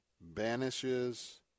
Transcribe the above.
banishes